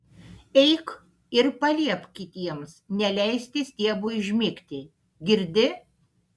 eik ir paliepk kitiems neleisti stiebui užmigti girdi